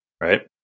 Right